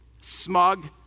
smug